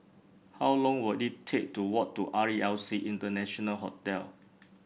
how long will it take to walk to R E L C International Hotel